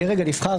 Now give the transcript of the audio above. הדרג הנבחר,